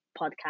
podcast